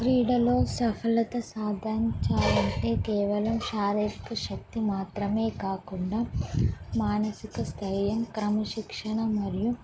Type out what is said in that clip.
క్రీడలో సఫలత సాధించాలాలంటే కేవలం శారీరక శక్తి మాత్రమే కాకుండా మానసిక స్థైర్యం క్రమశిక్షణ మరియు